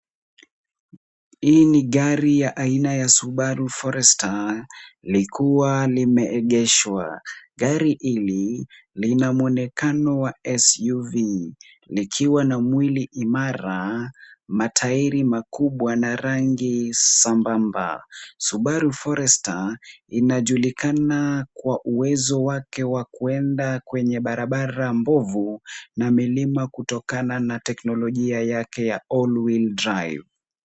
Hii ni gari ya aina ya Subaru Forester likiwa limeegeshwa. Gari hili lina mwonekano wa SUV likiwa na mwili imara, matairi makubwa na rangi sambamba. Subaru Forester inajulikana kwa uwezo wake wa kuenda kwenye barabara mbovu na milima kutokana na teknolojia yake ya all wheel drive .